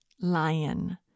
lion